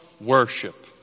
worship